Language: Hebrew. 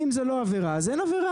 אם זה לא עבירה אז אין עבירה.